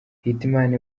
hitimana